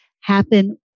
happen